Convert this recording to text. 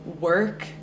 work